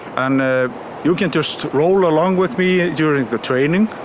and ah you can just roll along with me during the training.